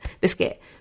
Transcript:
Biscuit